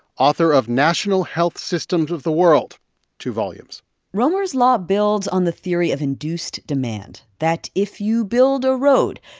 author of national health systems of the world two volumes roemer's law builds on the theory of induced demand that if you build a road,